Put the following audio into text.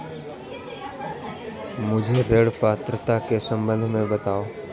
मुझे ऋण पात्रता के सम्बन्ध में बताओ?